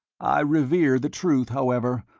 i revere the truth, however,